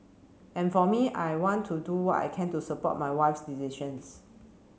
and for me I want to do what I can to support my wife's decisions